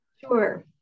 sure